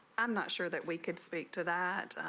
i'm not sure that we could speak to that